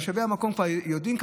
תושבי המקום כבר יודעים.